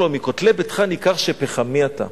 מכותלי ביתך ניכר שפחמי אתה.